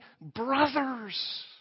brothers